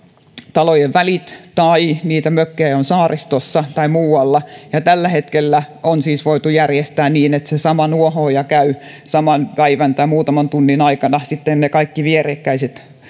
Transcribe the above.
talojen välit kymmeniä kilometrejä tai niitä mökkejä on saaristossa tai muualla tällä hetkellä on voitu järjestää niin että sama nuohooja käy saman päivän tai muutaman tunnin aikana kaikki vierekkäiset